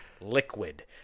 liquid